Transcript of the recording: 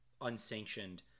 unsanctioned